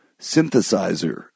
synthesizer